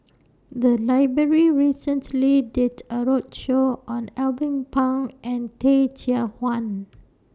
The Library recently did A roadshow on Alvin Pang and Teh Cheang Wan